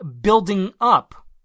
building-up